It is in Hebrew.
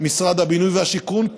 משרד הבינוי והשיכון,